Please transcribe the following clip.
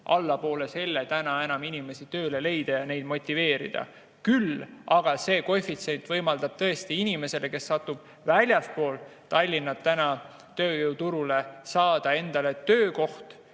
allapoole selle täna enam inimesi tööle leida ja neid motiveerida. Küll aga võimaldab see koefitsient inimesel, kes satub väljaspool Tallinna täna tööjõuturule, saada endale töökoht,